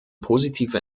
positive